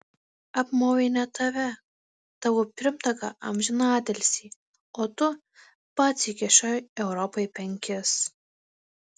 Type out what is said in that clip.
apmovė ne tave tavo pirmtaką amžinatilsį o tu pats įkišai europai penkis